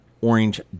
orange